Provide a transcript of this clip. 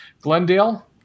Glendale